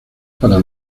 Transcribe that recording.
para